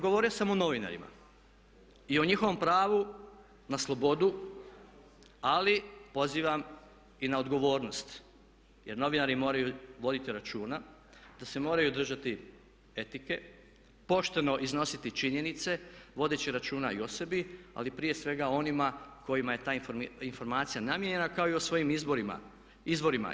Govorio sam o novinarima i o njihovom pravu na slobodu ali pozivam i na odgovornost jer novinari moraju voditi računa da se moraju držati etike, pošteno iznositi činjenice vodeći računa i o sebi ali prije svega o onima kojima je ta informacija namijenjena kao i o svojim izvorima.